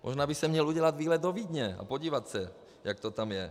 Možná by si měl udělat výlet do Vídně, a podívat se, jak to tam je.